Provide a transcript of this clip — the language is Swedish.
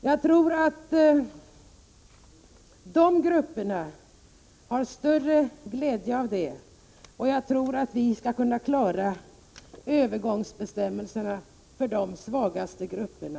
Jag tror att de grupperna har större glädje av det, och jag tror att vi skall kunna klara övergångsbestämmelserna också för de svagaste grupperna.